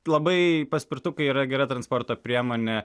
labai paspirtukai yra gera transporto priemone